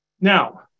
now